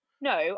No